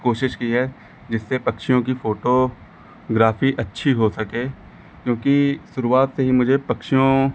कोशिश की है जिससे पक्षियों की फ़ोटोग्राफी अच्छी हो सके क्योंकि शुरुआत से ही मुझे पक्षियों